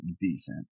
decent